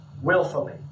willfully